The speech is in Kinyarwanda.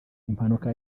impanuka